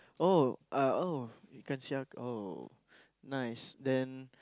oh uh oh nice then